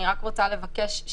אני רק רוצה לבקש.